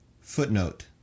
Footnote